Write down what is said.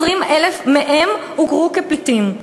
20,000 מהם הוכרו כפליטים.